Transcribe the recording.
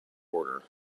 order